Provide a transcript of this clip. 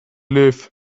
live